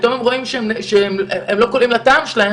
פתאום הם רואים שהם לא קולעים לטעם של הילדים